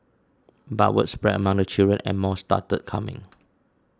but word spread among the children and more started coming